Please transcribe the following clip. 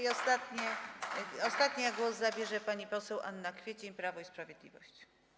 Jako ostatnia głos zabierze pani poseł Anna Kwiecień, Prawo i Sprawiedliwość.